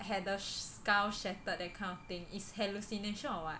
had the skull shattered that kind of thing is hallucination or what